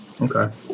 Okay